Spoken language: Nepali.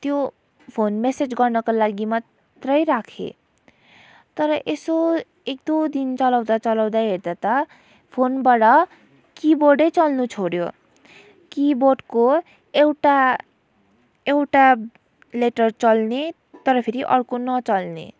त्यो फोन मेसेज गर्नका लागि मात्रै राखेँ तर यसो एकदुई दिन चलाउँदा चलाउँदा हेर्दा त फोनबाट किबोर्डै चल्नु छोड्यो किबोर्डको एउटा एउटा लेटर चल्ने तर फेरि अर्को नचल्ने